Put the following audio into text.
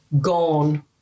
Gone